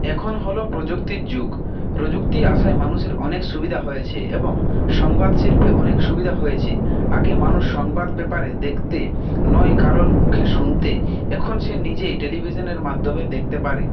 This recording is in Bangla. এখন হল প্রযুক্তির যুগ প্রযুক্তি আসায় মানুষের অনেক সুবিধা হয়েছে এবং সংবাদশিল্পে অনেক সুবিধা হয়েছে আগে মানুষ সংবাদ পেপারে দেখত নয় কারোর মুখে শুনত এখন সে নিজেই টেলিভিশনের মাধ্যমে দেখতে পারে